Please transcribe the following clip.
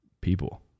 people